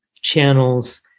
channels